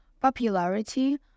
Popularity